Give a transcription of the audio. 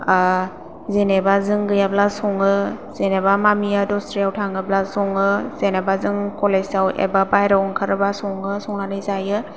जेनेबा जों गैयाब्ला सङो जेनेबा मामिया दस्रायाव थाङोब्ला सङो जेनेबा जों कलेजाव एबा बायहेरायाव ओंखारबा सङो संनानै जायो